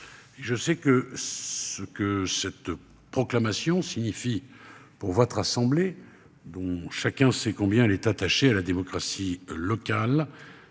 je sais que ce que cette proclamation signifie pour votre assemblée dont chacun sait combien elle est attachée à la démocratie locale